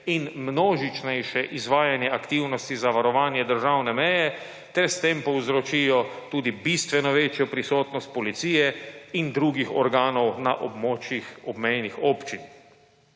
in množičnejše izvajanje aktivnosti zavarovanja državne meje ter s tem povzročijo tudi bistveno večjo prisotnost policije in drugih organov na območju obmejnih občin.